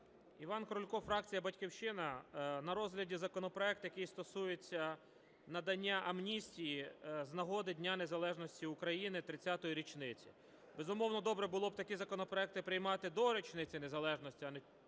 Іван Крулько, фракція "Батьківщина". На розгляді законопроект, який стосується надання амністії з нагоди Дня незалежності України 30-ї річниці. Безумовно, добре було б такі законопроекти приймати до річниці незалежності, а не пів